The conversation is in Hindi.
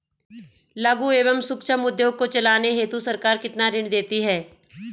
लघु एवं सूक्ष्म उद्योग को चलाने हेतु सरकार कितना ऋण देती है?